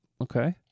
Okay